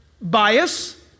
bias